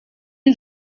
une